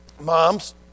Moms